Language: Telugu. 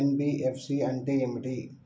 ఎన్.బి.ఎఫ్.సి అంటే ఏమిటి?